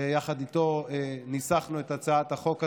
שיחד איתו ניסחנו את הצעת החוק הזאת,